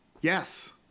Yes